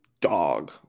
dog